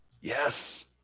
Yes